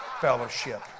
fellowship